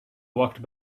walked